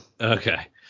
Okay